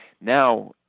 Now